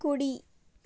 కుడి